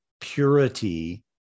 purity